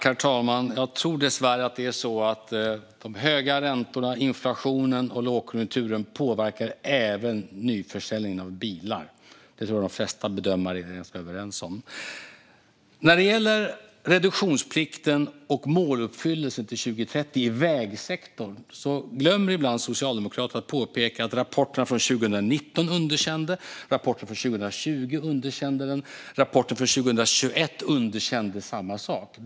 Herr talman! Jag tror dessvärre att de höga räntorna, inflationen och lågkonjunkturen påverkar även nyförsäljningen av bilar. Det tror jag att de flesta bedömare är överens om. När det gäller reduktionsplikten och måluppfyllelsen till 2030 i vägsektorn glömmer Socialdemokraterna ibland att peka på att rapporten från 2019 underkände den, att rapporten från 2020 underkände den och att rapporten från 2021 gjorde samma sak.